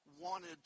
wanted